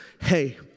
Hey